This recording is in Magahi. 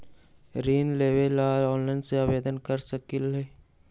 ऋण लेवे ला ऑनलाइन से आवेदन कर सकली?